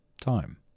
Time